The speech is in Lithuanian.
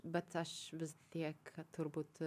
bet aš vis tiek turbūt